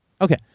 Okay